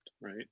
right